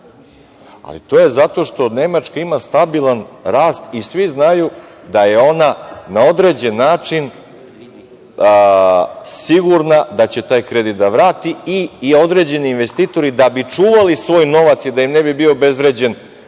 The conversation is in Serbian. To je zato što Nemačka ima stabilan rast i svi znaju da je na određen način sigurna da će taj kredit da vrati i određeni investitori da bi čuvali svoj novac i da im ne bi bio obezvređen nekim